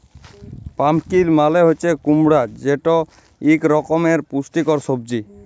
pumpkin মালে হছে কুমড়া যেট ইক রকমের পুষ্টিকর সবজি